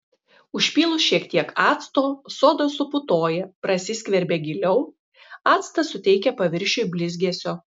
užpylus šiek tiek acto soda suputoja prasiskverbia giliau actas suteikia paviršiui blizgesio